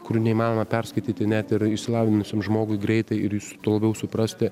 kurių neįmanoma perskaityti net ir išsilavinusiam žmogui greitai ir tuo labiau suprasti